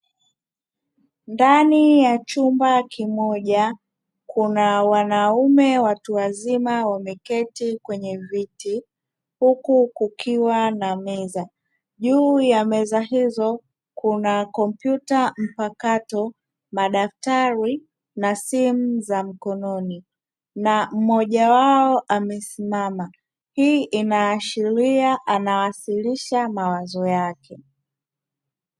Ndani ya chumba kimoja kuna wanaume watu wazima wameketi kwenye viti, huku kukiwa na meza, juu ya meza hizo kuna kompyuta mpakato, madaftari na simu za mkononi na mmoja wao amesimama hii inaashiria anawasilisha mawazo yake.